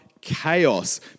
chaos